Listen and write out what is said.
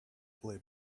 play